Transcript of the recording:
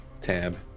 tab